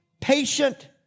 patient